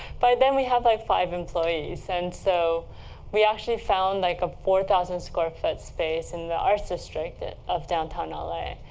by then, we had, like, five employees. and so we actually found like a four thousand square foot space in the art district of downtown ah la.